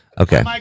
Okay